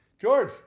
George